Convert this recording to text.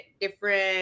different